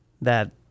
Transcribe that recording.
that-